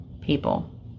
People